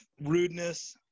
rudeness